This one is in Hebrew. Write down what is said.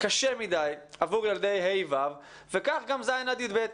קשה מדי עבור ילדי ה' ו' וכך גם ז' עד י"ב.